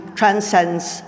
transcends